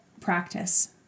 practice